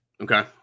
Okay